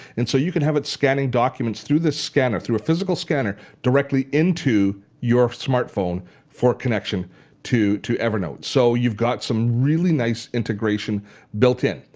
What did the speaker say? and so you can have it scanning documents through the scanner, through a physical scanner directly into your smartphone for connection to to evernote. so you've got some really nice integration built in.